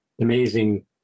amazing